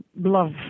love